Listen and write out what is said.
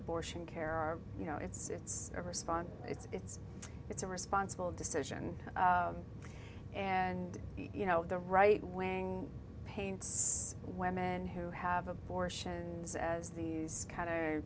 abortion care are you know it's a response it's it's a responsible decision and you know the right wing paints women who have abortions as these kind